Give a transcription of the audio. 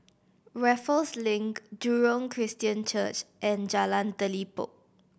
Raffles Link Jurong Christian Church and Jalan Telipok